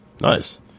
Nice